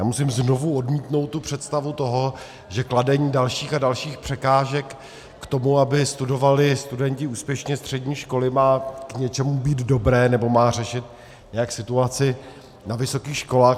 Musím znovu odmítnout představu, že kladení dalších a dalších překážek tomu, aby studovali studenti úspěšně střední školy, má k něčemu být dobré nebo má nějak řešit situaci na vysokých školách.